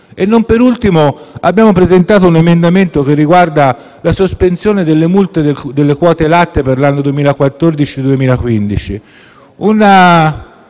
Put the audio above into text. Non per ultimo, abbiamo presentato un emendamento che riguarda la sospensione delle multe per le quote latte per l'anno 2014-2015.